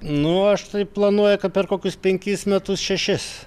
nu aš taip planuoju kad per kokius penkis metus šešis